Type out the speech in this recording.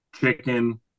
chicken